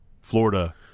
Florida